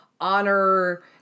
honor